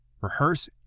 Rehearse